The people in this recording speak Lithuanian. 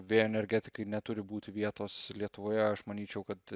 vėjo energetikai neturi būti vietos lietuvoje aš manyčiau kad